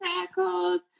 circles